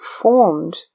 formed